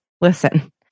listen